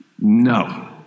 No